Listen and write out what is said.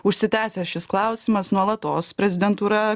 užsitęsęs šis klausimas nuolatos prezidentūra